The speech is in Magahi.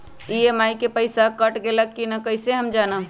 ई.एम.आई के पईसा कट गेलक कि ना कइसे हम जानब?